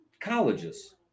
Colleges